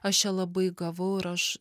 aš ją labai gavau ir aš